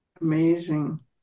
amazing